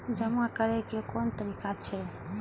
जमा करै के कोन तरीका छै?